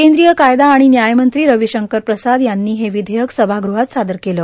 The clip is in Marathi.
केंद्रीय कायदा आणि न्यायमंत्री रवीशंकर प्रसाद यांनी हे विधेयक सभागृहात सादर केलं